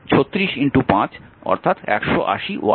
সুতরাং 180 ওয়াট